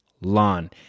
lawn